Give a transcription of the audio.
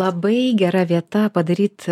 labai gera vieta padaryt